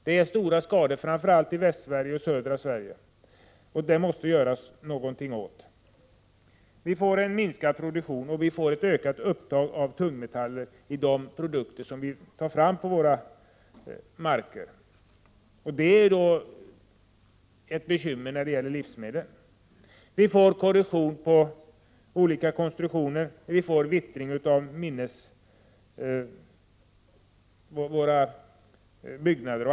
Det finns stora skador, framför allt i västra och södra Sverige. Där måste någonting göras. Vi får en minskning av produktionen och ett utökat upptag av tungmetaller i de produkter som vi producerar på våra marker. Det är bl.a. ett bekymmer när det gäller livsmedel. Dessutom får vi korrosion och vittring i våra byggnader.